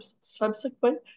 subsequent